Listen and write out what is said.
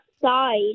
side